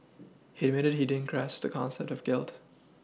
he admitted he didn't grasp the concept of guilt